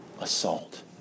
assault